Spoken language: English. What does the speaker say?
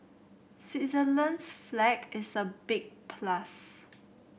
Switzerland's flag is a big plus